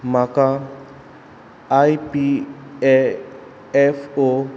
म्हाका I P A F O